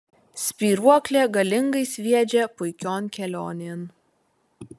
spyruoklė galingai sviedžia puikion kelionėn